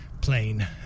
plane